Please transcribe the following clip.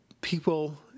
people